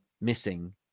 missing